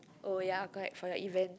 oh ya right for that events